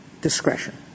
discretion